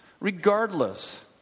Regardless